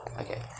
okay